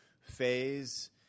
phase